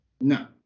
No